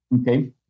okay